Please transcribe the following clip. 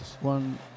One